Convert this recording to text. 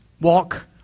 walk